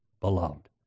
beloved